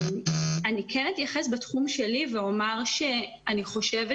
אתייחס בתחום שלי ואומר שאני חושבת